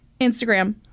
Instagram